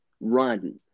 run